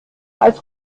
als